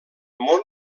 món